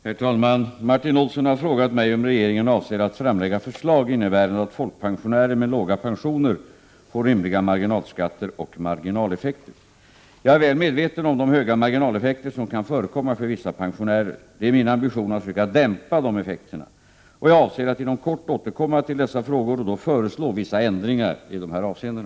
Herr talman! Martin Olsson har frågat mig om regeringen avser att framlägga förslag innebärande att folkpensionärer med låga pensioner får rimliga marginalskatter och marginaleffekter. Jag är väl medveten om de höga marginaleffekter som kan förekomma för vissa pensionärer. Det är min ambition att försöka dämpa dessa effekter. Jag avser att inom kort återkomma till dessa frågor och då föreslå vissa ändringar i dessa avseenden.